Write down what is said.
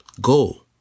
Go